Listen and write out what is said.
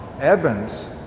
Evans